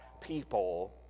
people